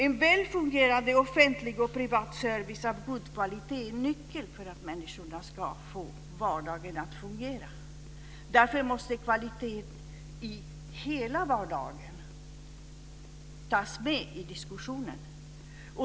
En väl fungerande offentlig och privat service av god kvalitet är nyckeln till att människor ska få vardagen att fungera. Därför måste kvaliteten i hela vardagen tas med i diskussionen.